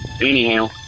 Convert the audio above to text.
anyhow